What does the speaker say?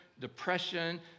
depression